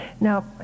Now